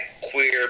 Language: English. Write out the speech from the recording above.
queer